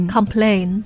Complain